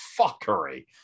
fuckery